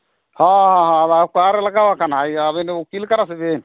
ᱦᱚᱸ ᱚᱠᱟᱨᱮ ᱞᱟᱜᱟᱣᱟᱠᱟᱱᱟ ᱟᱹᱵᱤᱱ ᱫᱚ ᱩᱠᱤᱞ ᱠᱟᱱᱟ ᱥᱮ ᱵᱤᱱ